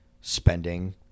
spending